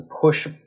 push